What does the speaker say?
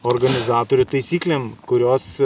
organizatorių taisyklėm kurios